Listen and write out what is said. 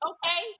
Okay